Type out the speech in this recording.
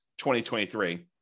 2023